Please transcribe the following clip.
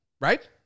right